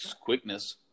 quickness